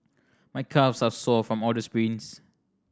my calves are sore from all the sprints